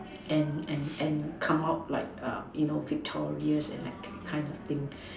and and and come out like you know victorious and that kind of thing